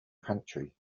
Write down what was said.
country